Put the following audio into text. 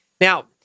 Now